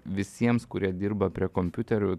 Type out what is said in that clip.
visiems kurie dirba prie kompiuterių